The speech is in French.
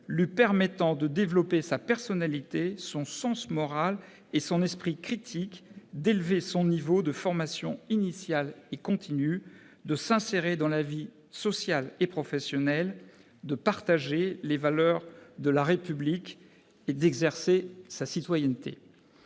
lui permettant de développer sa personnalité, son sens moral et son esprit critique, d'élever son niveau de formation initiale et continue, de s'insérer dans la vie sociale et professionnelle, de partager les valeurs de la République et d'exercer sa citoyenneté